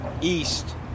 east